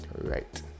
right